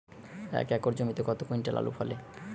এক একর জমিতে কত কুইন্টাল আলু ফলে?